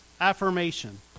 affirmation